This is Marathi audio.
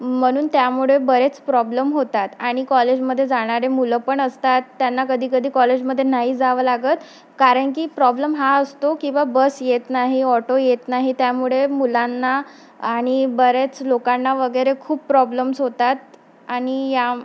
म्हणून त्यामुळे बरेच प्रॉब्लेम होतात आणि कॉलेजमध्ये जाणारे मुलं पण असतात त्यांना कधी कधी कॉलेजमध्ये नाही जावं लागत कारण की प्रॉब्लेम हा असतो की बा बस येत नाही ऑटो येत नाही त्यामुळे मुलांना आणि बरेच लोकांना वगैरे खूप प्रॉब्लेम्स होतात आणि या